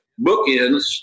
bookends